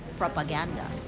propaganda.